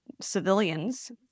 civilians